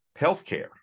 healthcare